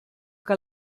que